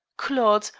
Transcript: claude,